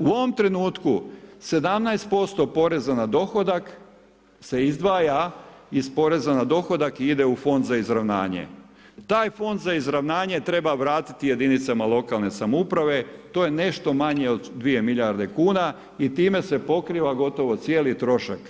u ovom trenutku 17% poreza na dohodak se izdvaja iz poreza na dohodak i ide u Fond za izravnanje, taj Fond za izravnanje treba vratiti jedinicama lokalne samouprave to je nešto manje od 2 milijarde kuna i time se pokriva gotovo cijeli trošak.